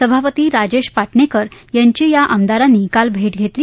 सभापती राजेश पाटणेकर यांची या आमदारांनी काल भेट घेतली